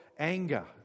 Anger